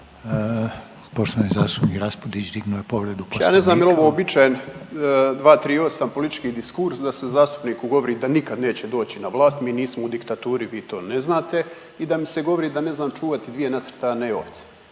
Poštovani zastupnik Raspudić dignuo je povredu Poslovnika.